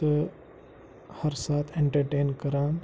تہٕ ہر ساتہٕ اٮ۪نٹَرٹین کَران